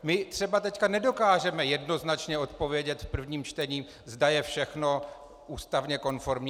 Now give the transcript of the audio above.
My třeba teď nedokážeme jednoznačně odpovědět v prvním čtení, zda je všechno ústavně konformní.